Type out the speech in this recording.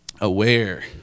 Aware